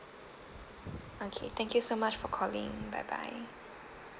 okay thank you so much for calling bye bye